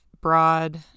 broad